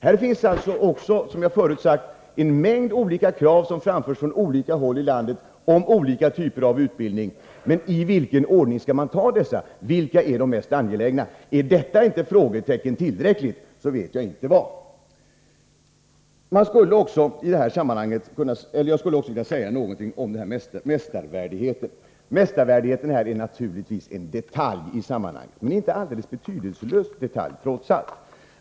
Som jag förut har sagt framförs också en mängd krav från olika håll i landet på olika typer av utbildning. Men i vilken ordning skall man ta dessa? Vilka är de mest angelägna? Är inte detta frågetecken tillräckligt, så vet inte jag vad jag skall säga. Jag skulle också vilja anföra något om mästarvärdigheten. Mästarvärdigheten är naturligtvis en detalj i sammanhanget men en inte alldeles betydelselös detalj trots allt.